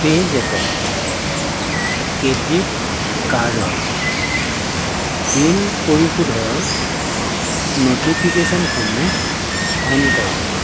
পে'জেপত ক্ৰেডিট কাৰ্ডৰ বিল পৰিশোধৰ ন'টিফিকেশ্যনসমূহ অ'ন কৰক